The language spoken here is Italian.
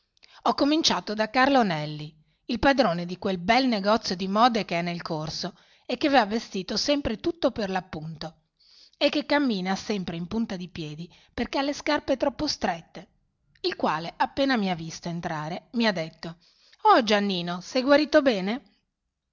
ho cominciato da carlo nelli il padrone di quel bel negozio di mode che è nel corso e che va vestito sempre tutto per l'appunto e che cammina sempre in punta di piedi perché ha le scarpe troppo strette il quale appena mi ha visto entrare mi ha detto oh giannino sei guarito bene